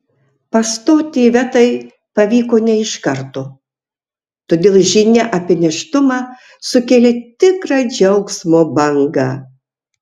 pastoti ivetai pavyko ne iš karto todėl žinia apie nėštumą sukėlė tikrą džiaugsmo bangą